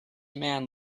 man